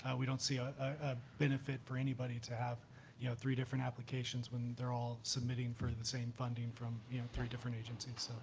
yeah we don't see a ah benefit for anybody to have you know three different applications when they're all submitting for the same funding from you know three different agencies.